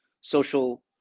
social